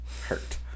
hurt